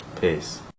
Peace